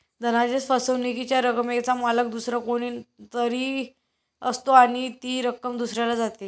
धनादेश फसवणुकीच्या रकमेचा मालक दुसरा कोणी तरी असतो आणि ती रक्कम दुसऱ्याला जाते